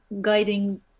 guiding